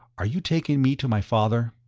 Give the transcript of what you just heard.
are you taking me to my father?